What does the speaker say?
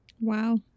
Wow